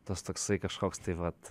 tas toksai kažkoks tai vat